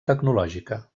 tecnològica